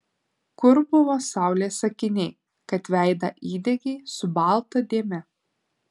kur buvo saulės akiniai kad veidą įdegei su balta dėme